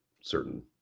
certain